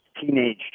teenage